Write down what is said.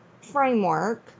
framework